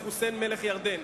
לחוסיין מלך ירדן.